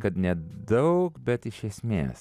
kad ne daug bet iš esmės